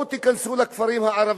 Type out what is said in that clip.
בואו תיכנסו לכפרים הערביים,